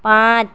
پانچ